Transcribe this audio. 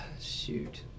shoot